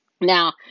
Now